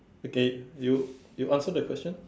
okay you you answer the question